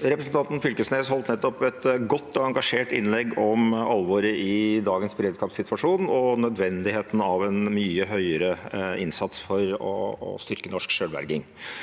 ten Knag Fylkesnes holdt nettopp et godt og engasjert innlegg om alvoret i dagens beredskapssituasjon og nødvendigheten av en mye høyere innsats for å styrke norsk selvberging.